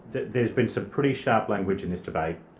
there's been some pretty sharp language in this debate.